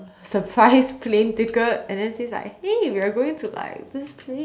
surprise plane ticket and then says like hey we are going to like this place